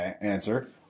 answer